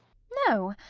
no.